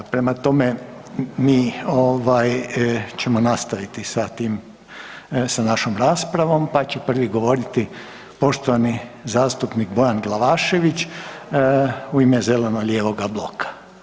Prema tome, mi ćemo nastaviti sa našom raspravom, pa će prvi govoriti poštovani zastupnik Bojan Glavašević u ime zeleno-lijevog bloka.